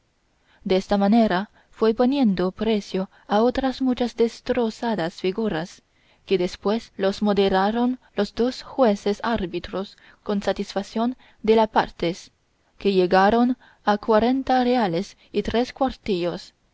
pagado desta manera fue poniendo precio a otras muchas destrozadas figuras que después los moderaron los dos jueces árbitros con satisfación de las partes que llegaron a cuarenta reales y tres cuartillos